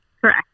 Correct